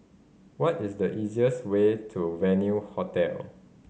what is the easiest way to Venue Hotel